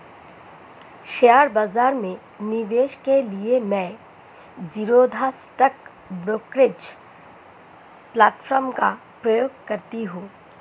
share बाजार में निवेश के लिए मैं ज़ीरोधा स्टॉक ब्रोकरेज प्लेटफार्म का प्रयोग करती हूँ